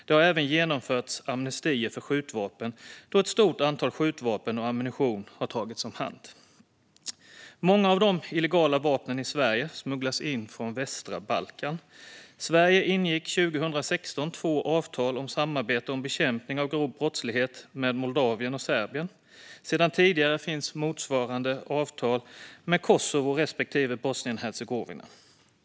Det har även genomförts amnestier för skjutvapen, då ett stort antal skjutvapen och ammunition har tagits om hand. Många av de illegala vapnen i Sverige smugglas in från västra Balkan. Sverige ingick 2016 två avtal om samarbete för bekämpning av grov brottslighet med Moldavien och Serbien. Sedan tidigare finns motsvarande avtal med Kosovo respektive Bosnien och Hercegovina.